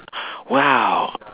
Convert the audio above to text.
!wow!